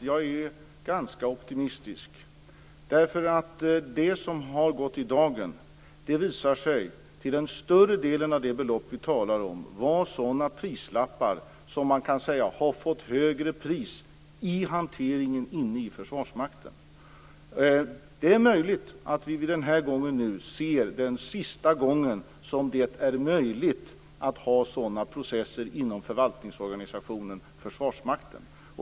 Jag är ganska optimistisk, därför att det visar sig att till största delen var beloppen på prislapparna högre i Det här är kanske den sista gången som det är möjligt att ha sådana processer inom förvaltningsorganisationen Försvarsmakten.